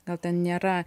gal ten nėra